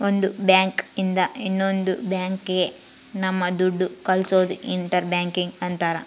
ಒಂದ್ ಬ್ಯಾಂಕ್ ಇಂದ ಇನ್ನೊಂದ್ ಬ್ಯಾಂಕ್ ಗೆ ನಮ್ ದುಡ್ಡು ಕಳ್ಸೋದು ಇಂಟರ್ ಬ್ಯಾಂಕಿಂಗ್ ಅಂತಾರ